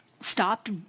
stopped